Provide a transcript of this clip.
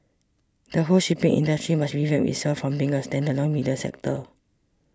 the whole shipping industry must revamp itself from being a standalone middle sector